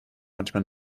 manchmal